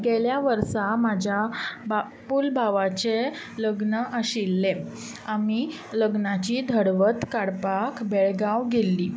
गेल्या वर्सा म्हज्या बापूल भावाचें लग्न आशिल्लें आमी लग्नाची धडवत काडपाक बेळगांव गेल्लीं